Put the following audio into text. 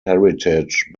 heritage